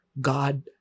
God